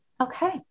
okay